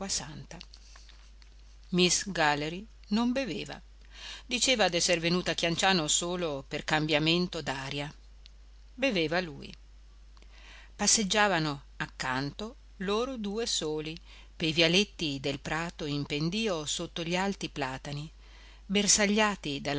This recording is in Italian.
dell'acqua santa miss galley non beveva diceva d'esser venuta a chianciano solo per cambiamento d'aria beveva lui passeggiavano accanto loro due soli pe vialetti del prato in pendio sotto gli alti platani bersagliati